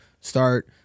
start